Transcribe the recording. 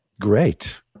Great